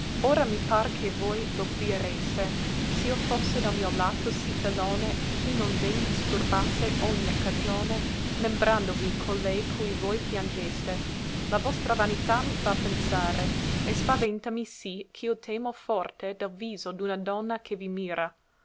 ora mi par che voi l'obliereste s'io fosse dal mio lato sì fellone ch'i non ven disturbasse ogne cagione membrandovi colei cui voi piangeste la vostra vanità mi fa pensare e spavèntami sì ch'io temo forte del viso d'una donna che vi mira